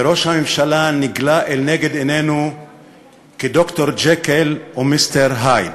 וראש הממשלה נגלה לנגד עינינו כד"ר ג'קיל ומיסטר הייד.